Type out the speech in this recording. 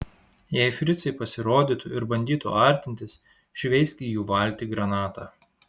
jei fricai pasirodytų ir bandytų artintis šveisk į jų valtį granatą